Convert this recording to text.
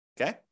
Okay